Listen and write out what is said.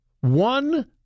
one